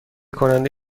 کنده